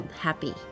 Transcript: happy